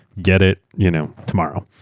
get it you know tomorrow.